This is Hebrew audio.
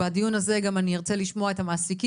בדיון הזה גם אני ארצה לשמוע את המעסיקים,